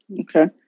Okay